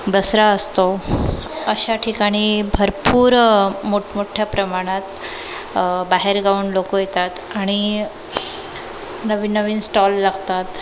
दसरा असतो अशा ठिकाणी भरपूर मोठमोठ्या प्रमाणात बाहेरगावाहून लोक येतात आणि नवीन नवीन स्टॉल लागतात